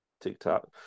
TikTok